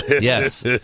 Yes